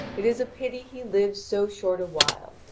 it is a pity he lived so short a while.